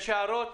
יש הערות?